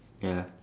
ya